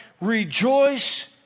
rejoice